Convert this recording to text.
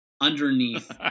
underneath